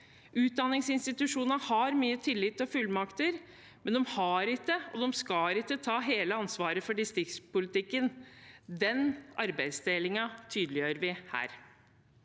Utdanningsinstitusjonene har mye tillit og fullmakter, men de har ikke og skal ikke ta hele ansvaret for distriktspolitikken. Den arbeidsdelingen tydeliggjør vi her.